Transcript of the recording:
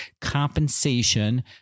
compensation